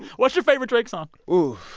what's your favorite drake song? ooh,